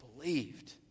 believed